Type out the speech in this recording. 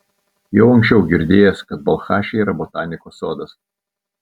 jau anksčiau girdėjęs kad balchaše yra botanikos sodas